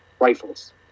rifles